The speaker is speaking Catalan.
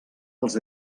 els